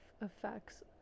effects